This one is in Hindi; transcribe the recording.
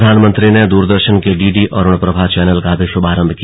प्रधानमंत्री ने दूरदर्शन के डीडी अरुणप्रभा चैनल का भी शुभारंभ किया